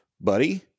buddy